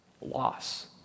loss